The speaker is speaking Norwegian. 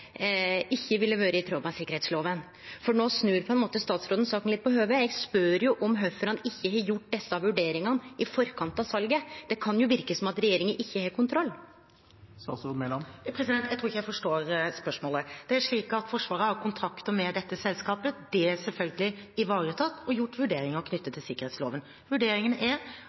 ville vore i tråd med sikkerheitsloven? For no snur statsråden på ein måte saka litt på hovudet. Eg spør om kvifor ein ikkje har gjort desse vurderingane i forkant av salet. Det kan jo verke som om regjeringa ikkje har kontroll. Jeg tror ikke jeg forstår spørsmålet. Det er slik at Forsvaret har kontrakter med dette selskapet. Det er selvfølgelig ivaretatt og gjort vurderinger knyttet til sikkerhetsloven. Vurderingen er